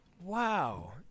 Wow